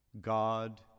God